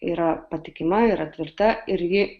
yra patikima yra tvirta ir ji